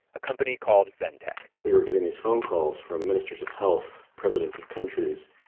a company called ventec we were getting these phone calls from ministers of health, presidents of countries,